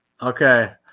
Okay